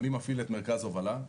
אני מפעיל את מרכז הובלה,